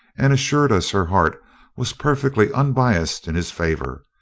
and assured us her heart was perfectly unbiassed in his favour,